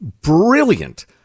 brilliant